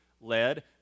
led